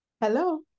Hello